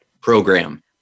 program